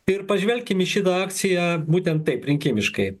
ir pažvelkim į šitą akciją būtent taip rinkimiškai